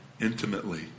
intimately